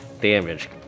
damage